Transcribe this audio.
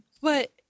But-